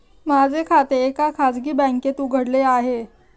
माझे खाते एका खाजगी बँकेत उघडले आहे